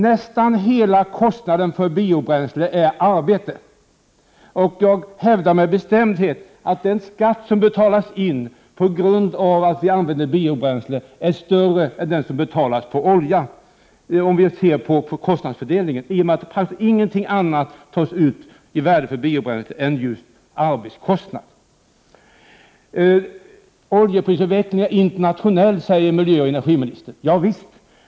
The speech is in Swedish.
Nästan hela kostnaden för biobränsle är arbetskostnader, och jag hävdar med bestämdhet att den skatt som betalas in på grund av användning av biobränsle är större än den som betalas på olja, om man tar hänsyn till kostnadsfördelningen, i och med att inte någon annan kostnad tas ut för biobränsle än just arbetskostnad. Oljeprisutvecklingen är internationell, säger miljöoch energiministern. Javisst!